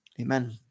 Amen